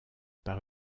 par